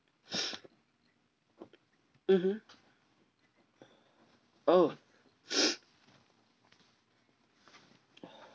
mmhmm oh